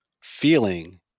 feeling